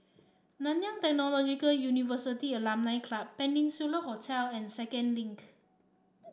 Nanyang Technological University Alumni Club Peninsula Hotel and Second Link